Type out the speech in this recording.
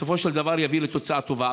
בסופו של דבר, יביא לתוצאה טובה.